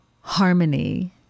harmony